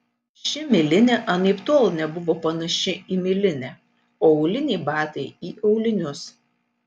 ši milinė anaiptol nebuvo panaši į milinę o auliniai batai į aulinius